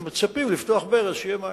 הם מצפים לפתוח ברז ושיהיו מים.